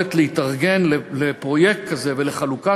שהיכולת להתארגן לפרויקט כזה ולחלוקת